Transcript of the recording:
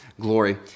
glory